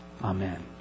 Amen